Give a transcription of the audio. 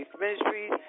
Ministries